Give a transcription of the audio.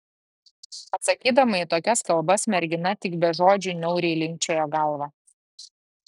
atsakydama į tokias kalbas mergina tik be žodžių niauriai linkčiojo galvą